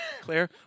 Claire